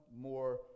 more